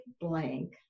blank